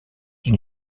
une